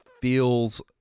feels